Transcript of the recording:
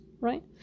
right